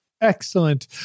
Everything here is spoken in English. Excellent